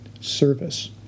service